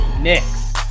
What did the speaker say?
Knicks